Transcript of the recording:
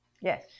yes